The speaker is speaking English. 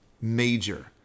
major